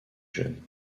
jeune